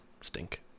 stink